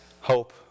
hope